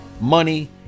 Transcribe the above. money